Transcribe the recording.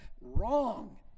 Wrong